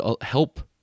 help